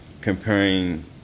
comparing